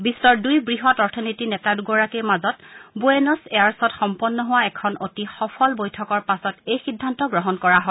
বিশ্বৰ দুই বৃহৎ অৰ্থনীতিৰ নেতা দুগৰাকীৰ মাজত বুৱেনছ এয়াৰ্ছত সম্পন্ন হোৱা এখন অতি সফল বৈঠকৰ পাছত এই সিদ্ধান্ত গ্ৰহণ কৰা হয়